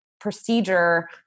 procedure